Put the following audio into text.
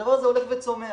שהדבר הזה הולך וצומח.